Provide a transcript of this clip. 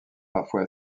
parfois